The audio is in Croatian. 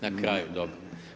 Na kraju, dobro.